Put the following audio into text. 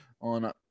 on